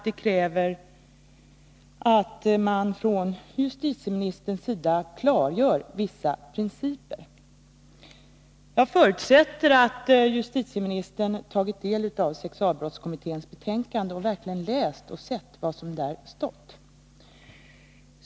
Det kräver enligt min mening att justitieministern klargör vissa principer. Jag förutsätter att justitieministern tagit del av sexualbrottskommitténs betänkande och verkligen läst vad som där står.